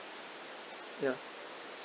ya